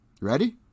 ready